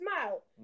smile